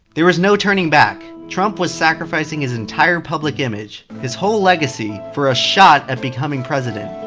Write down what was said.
there was no turning back. trump was sacrificing his entire public image, his whole legacy, for a shot at becoming president.